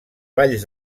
valls